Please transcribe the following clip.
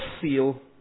seal